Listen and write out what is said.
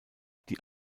die